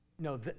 No